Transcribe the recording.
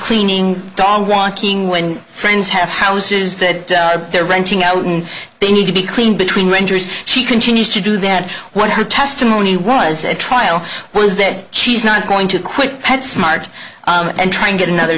cleaning dog walk ing when friends have houses that they're renting out and they need to be cleaned between renters she continues to do that what her testimony was a trial was dead she's not going to quit pet smart and try and get another